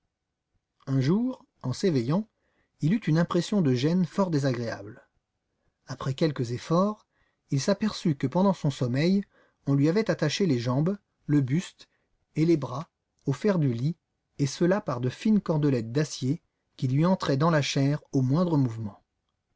un jour en s'éveillant il eut une impression de gêne fort désagréable après quelques efforts il s'aperçut que pendant son sommeil on lui avait attaché les jambes le buste et les bras au fer du lit et cela par de fines cordelettes d'acier qui lui entraient dans la chair au moindre mouvement